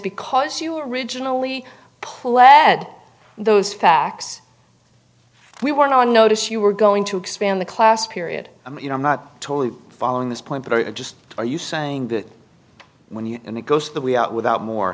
because you originally pled those facts we weren't on notice you were going to expand the class period i mean i'm not totally following this point but i just are you saying that when you and it goes the way out without more